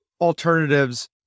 alternatives